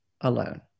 alone